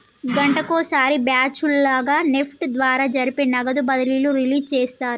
గంటకొక సారి బ్యాచ్ లుగా నెఫ్ట్ ద్వారా జరిపే నగదు బదిలీలు రిలీజ్ చేస్తారు